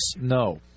no